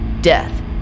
death